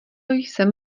jsem